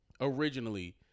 originally